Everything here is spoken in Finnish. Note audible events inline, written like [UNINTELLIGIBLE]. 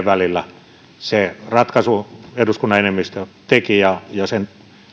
[UNINTELLIGIBLE] välillä sen ratkaisun eduskunnan enemmistö teki ja ja sen